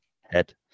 head